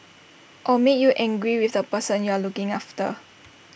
or make you angry with the person you are looking after